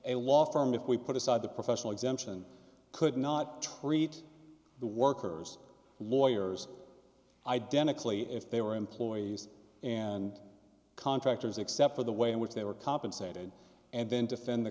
law firm if we put aside the professional exemption could not treat the workers lawyers identically if they were employees and contractors except for the way in which they were compensated and then defend the